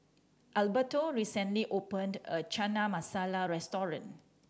Alberto recently opened a new Chana Masala Restaurant